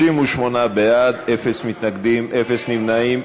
38 בעד, אין מתנגדים, אין נמנעים.